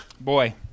Boy